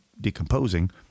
decomposing